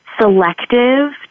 Selective